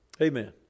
Amen